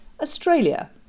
Australia